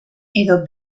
edo